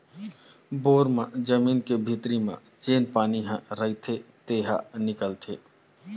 bore म जमीन के भीतरी म जेन पानी ह रईथे तेने ह निकलथे